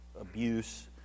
abuse